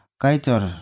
kaitor